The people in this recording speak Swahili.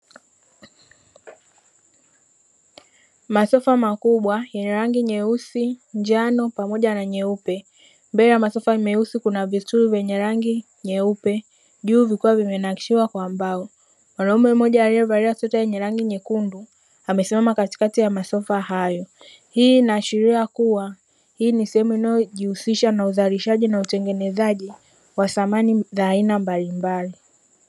Masofa makubwa yenye rangi nyeusi, njano pamoja na nyeupe mbele ya msofa meusi kuna vistuli vyene rangi nyeupe juu vikiw vimenakshi kwa urembo. Mwanaume mmoja amevalia kati ya masofa hayo. Hii inaashiria kuwa hii ni sehemu inayojihusisha na uzalishaji na utengenezaji wa samani za aina mbalimbali.